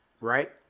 Right